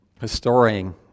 historian